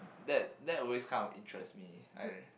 that that always kind of interests me I